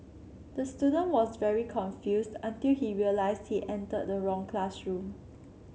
the student was very confused until he realised he entered the wrong classroom